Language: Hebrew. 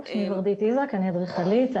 אני אדריכלית.